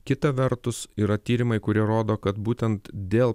kita vertus yra tyrimai kurie rodo kad būtent dėl